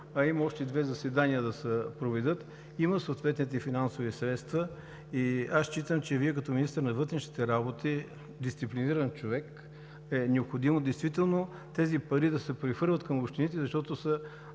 а още две заседания трябва да се проведат. Има съответните финансови средства и аз считам, че Вие като министър на вътрешните работи, дисциплиниран човек, е необходимо действително тези пари да се прехвърлят към общините, защото не